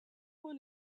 one